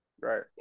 Right